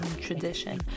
tradition